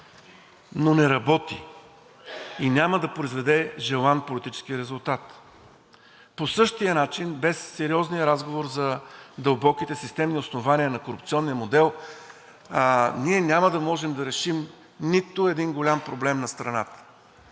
Но не работи и няма да произведе желан политически резултат. По същия начин без сериозния разговор за дълбоките системни основания на корупционния модел ние няма да можем да решим нито един голям проблем на страната.